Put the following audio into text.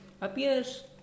appears